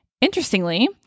Interestingly